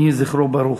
יהי זכרו ברוך.